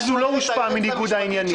אז הוא לא הושפע מניגוד העניינים.